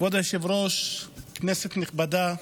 כבוד היושב-ראש, כנסת נכבדה,